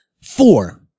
Four